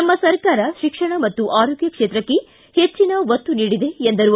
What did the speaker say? ನಮ್ಮ ಸರ್ಕಾರ ಶಿಕ್ಷಣ ಮತ್ತು ಆರೋಗ್ಯ ಕ್ಷೇತಕ್ಕೆ ಹೆಚ್ಚಿನ ಒತ್ತು ನೀಡಿದೆ ಎಂದರು